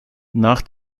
nach